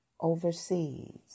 overseas